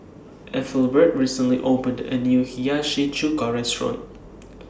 Ethelbert recently opened A New Hiyashi Chuka Restaurant